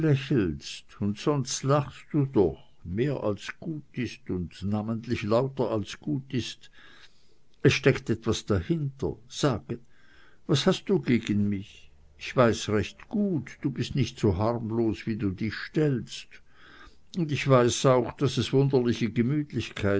und sonst lachst du doch mehr als gut ist und namentlich lauter als gut ist es steckt etwas dahinter sage was hast du gegen mich ich weiß recht gut du bist nicht so harmlos wie du dich stellst und ich weiß auch daß es wunderliche gemütlichkeiten